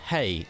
Hey